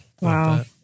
Wow